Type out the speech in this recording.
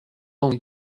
only